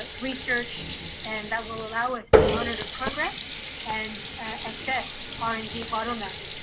ah research and that will allow us to monitor progress and assess r and d bottleneck.